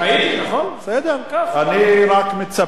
אני רק מצפה מהכנסת